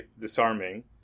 disarming